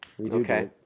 Okay